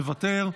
מוותר,